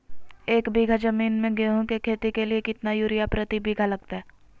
एक बिघा जमीन में गेहूं के खेती के लिए कितना यूरिया प्रति बीघा लगतय?